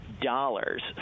dollars